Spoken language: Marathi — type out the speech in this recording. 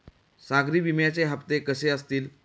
सागरी विम्याचे हप्ते कसे असतील?